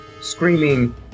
screaming